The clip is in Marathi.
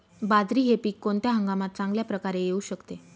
बाजरी हे पीक कोणत्या हंगामात चांगल्या प्रकारे येऊ शकते?